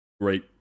great